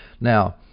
Now